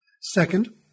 Second